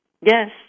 Yes